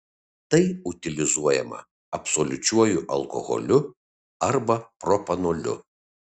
tai utilizuojama absoliučiuoju alkoholiu arba propanoliu